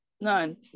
none